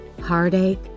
heartache